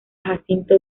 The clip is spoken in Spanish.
jacinto